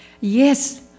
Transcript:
Yes